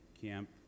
Camp